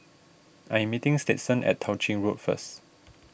I am meeting Stetson at Tao Ching Road first